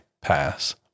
pass